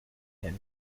him